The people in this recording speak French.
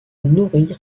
nourrir